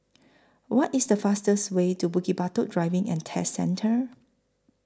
What IS The fastest Way to Bukit Batok Driving and Test Centre